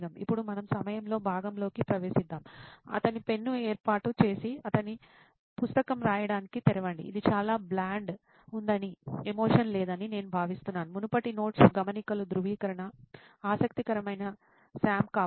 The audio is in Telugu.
ఇప్పుడు మనం 'సమయంలో' భాగంలోకి ప్రవేశిద్దాం అతని పెన్ను ఏర్పాటు చేసి తన పుస్తకం రాయడానికి తెరవండి ఇది చాలా బ్లాండ్ ఉందని ఎమోషన్ లేదని నేను భావిస్తున్నాను మునుపటి notes గమనికల ధృవీకరణ ఆసక్తికరమైన సామ్ కావచ్చు